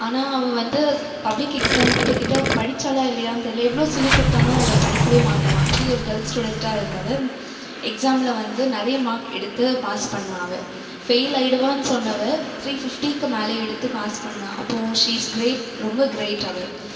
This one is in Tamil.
ஆனால் அவள் வந்து பப்ளிக் எக்ஸாம் கிட்ட கிட்ட படித்தாளா இல்லையான்னு தெரியல எவ்வளோ சொல்லிக் கொடுத்தாலும் அவள் படிக்கவே மாட்டாள் அப்படி ஒரு டல் ஸ்டூடென்ட்டாக இருந்தவள் எக்ஸாமில் வந்து நிறைய மார்க் எடுத்து பாஸ் பண்ணாள் அவள் ஃபெயிலாயிடுவான்னு சொன்னவள் த்ரி ஃபிஃப்டிக்கு மேலே எடுத்து பாஸ் பண்ணாள் அப்புறம் ஷி இஸ் கிரேட் ரொம்ப கிரேட் அவள்